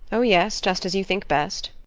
oh, yes just as you think best.